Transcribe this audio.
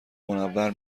منور